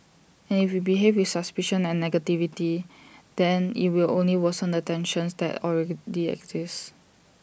and if we behave with suspicion and negativity then IT will only worsen the tensions that already exist